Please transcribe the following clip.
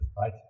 right